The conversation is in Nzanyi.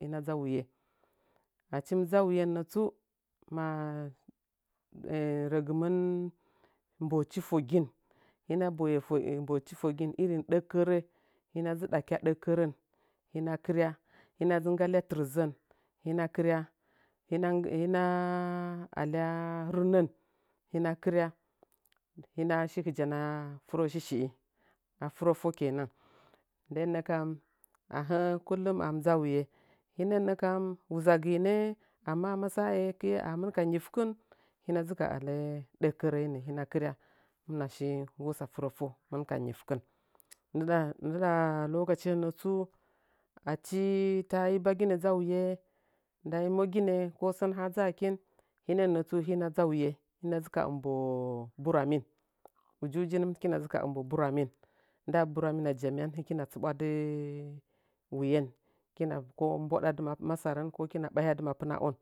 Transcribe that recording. hɨna dzɨ a wuyi achi mɨ dzɨ a wuyen natsu rəgɨmɨn mbochi fogin hɨna boye nbochi fogin irin ɗakkərə hɨna daɨ ɗakya ɗəkkərən hɨna kɨrya hɨna dzɨ nggalya tɨrzən hɨna kɨrya hina hina alya renən hɨna kɨmiya hɨna shi hɨdan a furə shishɨ a furo fo kenan nden nə kam aheə kullum a mɨ dzɨa wuye hɨnən nə kam wuzagɨnə ammama saekte ahim ka nyifkɨn hɨna dzɨ ka ələ dəkkərənə hɨna kɨ ya hɨmɨna shi nggosə a furə fo hɨmɨn ka nyifkɨh ndɨɗa ndɨɗa lokace nətsu achi tali baginə dzɨ a wuye ndai mogɨnə ko sən ha dzakin ninən nətsu hɨna dzɨ a wuye hɨna dzɨ ka ɨmbo buramin ujiji hɨkɨna dzɨ ka ɨmbo buramin nda buramɨn a jamyan həkina tsɨbwadɨ wuyen kina pə bwa dadɨ masaran nda mapɨnaon.